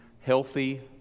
healthy